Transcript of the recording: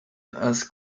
das